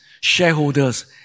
shareholders